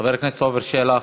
חבר הכנסת עפר שלח,